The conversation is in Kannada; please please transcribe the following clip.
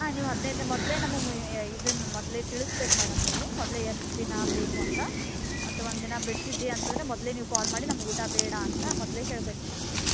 ಹಾಂ ನೀವು ಅದನ್ನ ಇದನ್ನ ಮೊದಲೇ ನಮಗ್ ಇದನ್ನು ಮೊದಲೇ ತಿಳಸ್ಬೇಕು ಮೇಡಮ್ ನೀವು ಮೊದಲೇ ಎಷ್ಟು ದಿನ ಬೇಕು ಅಂತ ಅಥವಾ ಒಂದು ದಿನ ದಿನ ಬಿಡ್ತಿದ್ದೀಯಾ ಅಂತಂದರೆ ಮೊದಲೇ ನೀವು ಕಾಲ್ ಮಾಡಿ ನಮಗೆ ಊಟ ಬೇಡ ಅಂತ ಮೊದಲೇ ಹೇಳ್ಬೇಕು ಮೇಡಮ್ ನೀವು